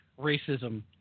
racism